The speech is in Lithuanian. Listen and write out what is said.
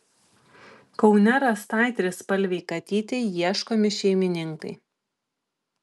kaune rastai trispalvei katytei ieškomi šeimininkai